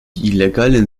illegalen